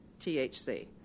THC